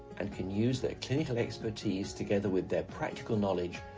and can use their clinical expertise, together with their practical knowledge,